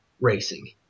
racing